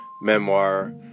memoir